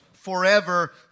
forever